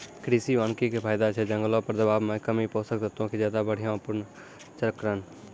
कृषि वानिकी के फायदा छै जंगलो पर दबाब मे कमी, पोषक तत्वो के ज्यादा बढ़िया पुनर्चक्रण